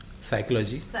Psychology